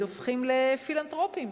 הופכים לפילנתרופים,